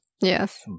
Yes